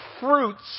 fruits